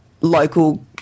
local